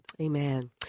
Amen